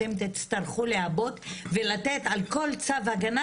אתם תצטרכו לעבוד ולתת על כל צו הגנה